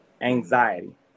anxiety